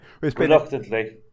Reluctantly